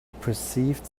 perceived